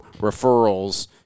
referrals